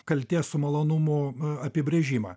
kaltės malonumo apibrėžimą